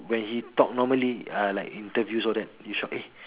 when he talk normally ah like in interviews all that you shock eh